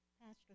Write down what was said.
Pastor